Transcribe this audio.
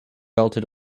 belted